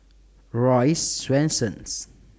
Royce Swensens